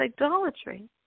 idolatry